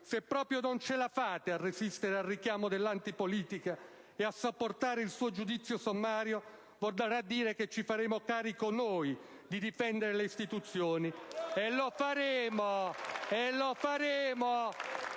se proprio non ce la fate a resistere al richiamo dell'antipolitica ed a sopportare il suo giudizio sommario, vorrà dire che ci faremo carico noi di difendere le istituzioni. E lo faremo!